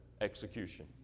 execution